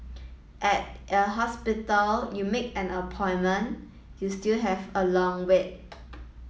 at a hospital you make an appointment you still have a long wait